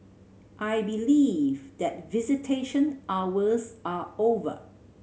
I believe that visitation hours are over